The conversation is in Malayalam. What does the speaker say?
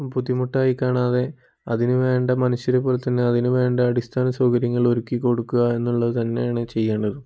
ബുദ്ധിമുട്ടായി കാണാതെ അതിനു വേണ്ട മനുഷ്യരെ പോലെ തന്നെ അതിനു വേണ്ട അടിസ്ഥാന സൗകര്യങ്ങൾ ഒരുക്കി കൊടുക്കുക എന്നുള്ളത് തന്നെയാണ് ചെയ്യേണ്ടതും